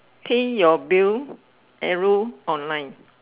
clean your bill arrow online